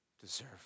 deserve